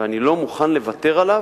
ואני לא מוכן לוותר עליו,